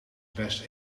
best